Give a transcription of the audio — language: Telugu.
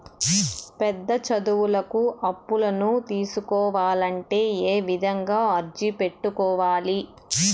పెద్ద చదువులకు అప్పులను తీసుకోవాలంటే ఏ విధంగా అర్జీ పెట్టుకోవాలి?